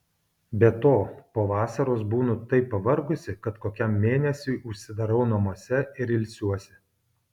be to po vasaros būnu taip pavargusi kad kokiam mėnesiui užsidarau namuose ir ilsiuosi